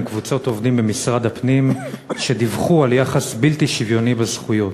קבוצות עובדים במשרד הפנים שדיווחו על יחס בלתי שוויוני בזכויות.